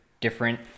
different